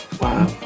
Wow